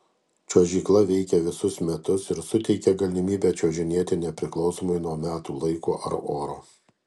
čiuožykla veikia visus metus ir suteikia galimybę čiuožinėti nepriklausomai nuo metų laiko ar oro